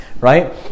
right